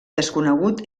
desconegut